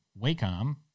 Wacom